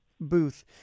booth